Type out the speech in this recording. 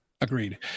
agreed